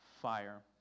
fire